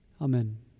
Amen